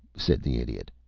said the idiot.